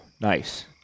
nice